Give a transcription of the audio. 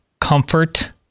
comfort